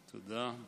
תודה.